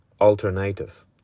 alternative